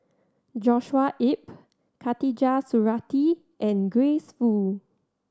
Joshua Ip Khatijah Surattee and Grace Fu